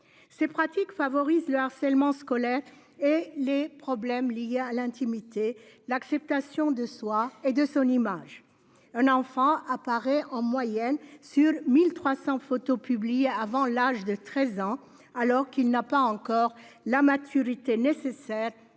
Ces pratiques favorisent le harcèlement scolaire et les problèmes liés à l'intimité, l'acceptation de soi et de son image. Un enfant apparaît en moyenne sur 1 300 photos publiées avant l'âge de 13 ans, alors qu'il n'a pas encore la maturité nécessaire